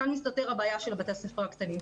כאן מסתתרת הבעיה של בתי הספר הקטנים.